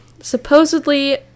Supposedly